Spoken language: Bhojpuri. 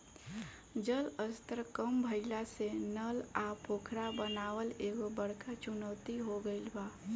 जल स्तर कम भइला से नल आ पोखरा बनावल एगो बड़का चुनौती हो गइल बा